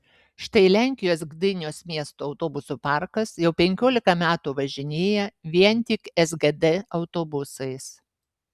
štai lenkijos gdynios miesto autobusų parkas jau penkiolika metų važinėja vien tik sgd autobusais